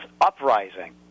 uprising